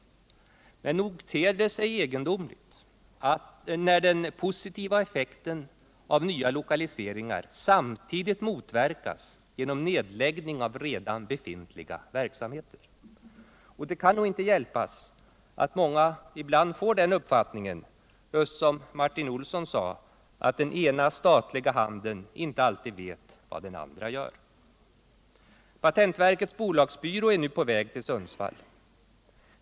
Men nog ter det sig egendomligt när den positiva effekten av nya lokaliseringar samtidigt motverkas av nedläggning av redan befintliga verksamheter. Det kan nog inte hjälpas att många ibland får den uppfattningen att — som Martin Olsson sade — den ena statliga handen inte alltid vet vad den andra gör. Patentverkets bolagsbyrå är nu på väg till Sundsvall.